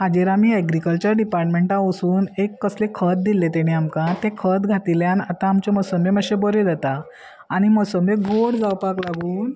हाजेर आमी एग्रीकल्चर डिपार्टमेंटा वसून एक कसले खत दिल्ले तेणी आमकां तें खत घातिल्यान आतां आमचे मोसमे मातश्यो बरें जाता आनी मोसमे गोड जावपाक लागून